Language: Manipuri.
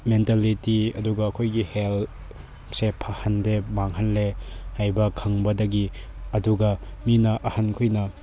ꯃꯦꯟꯇꯦꯜꯂꯤꯇꯤ ꯑꯗꯨꯒ ꯑꯩꯈꯣꯏꯒꯤ ꯍꯦꯜꯊꯁꯦ ꯐꯍꯟꯗꯦ ꯃꯥꯡꯍꯜꯂꯦ ꯍꯥꯏꯕ ꯈꯪꯕꯗꯒꯤ ꯑꯗꯨꯒ ꯃꯤꯅ ꯑꯍꯟꯈꯣꯏꯅ